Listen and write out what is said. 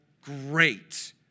great